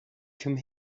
come